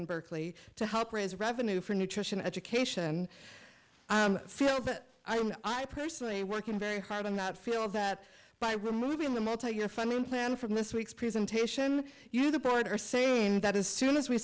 and berkeley to help raise revenue for nutrition education field i am i personally working very hard to not feel that by removing the multi year funding plan from this week's presentation you the board are saying that as soon as we